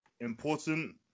important